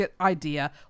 idea